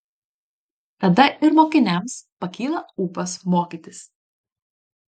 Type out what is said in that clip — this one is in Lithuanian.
tada ir mokiniams pakyla ūpas mokytis